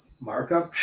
markup